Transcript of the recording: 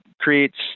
creates